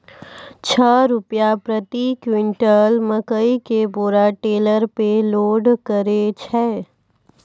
छह रु प्रति क्विंटल मकई के बोरा टेलर पे लोड करे छैय?